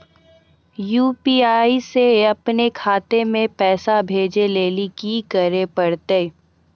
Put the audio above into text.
UPI से अपनो खाता मे पैसा भेजै लेली कि करै पड़तै?